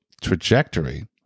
trajectory